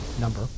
number